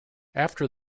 after